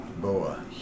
boa